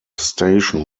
station